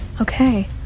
okay